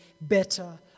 better